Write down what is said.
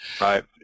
Right